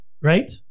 Right